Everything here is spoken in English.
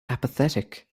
apathetic